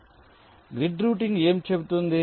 కాబట్టి grid routing ఏమి చెబుతుంది